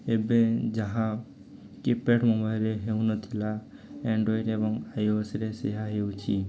ଏବେ ଯାହା କିପ୍ୟାଡ଼୍ ମୋବାଇଲ୍ରେ ହେଉନଥିଲା ଆଣ୍ଡ୍ରଏଡ଼୍ ଏବଂ ଆଇଓସ୍ରେ ସେ ହେଉଛି